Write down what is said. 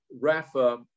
Rafa